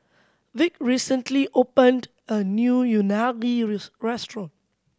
Vick recently opened a new Unagi restaurant